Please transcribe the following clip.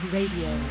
Radio